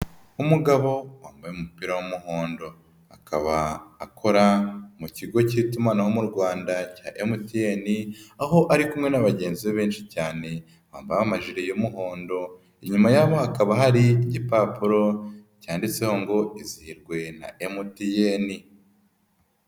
Umugabo wambaye umupira w'umuhondo akaba akora mu kigo cy'itumanaho mu Rwanda cya MTN aho ari kumwe na bagenzi be benshi cyane bambamaje y'umuhondo, inyuma y'aho hakaba hari igipapuro cyanditseho ngo: "Izihirwe na MTN".